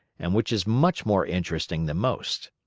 and which is much more interesting than most.